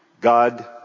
God